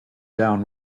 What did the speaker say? down